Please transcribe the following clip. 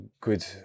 good